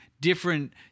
different